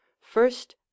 first